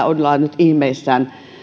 ollaan nyt ihmeissään